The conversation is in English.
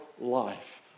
life